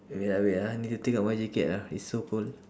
wait ah wait ah I need to take out my jacket ah it's so cold